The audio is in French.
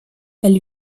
elle